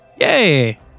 Yay